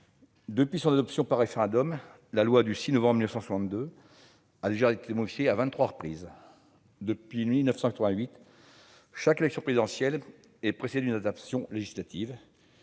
depuis son adoption par référendum, la loi du 6 novembre 1962 a déjà été modifiée à vingt-trois reprises. Depuis 1988, chaque élection présidentielle est précédée d'une adaptation législative.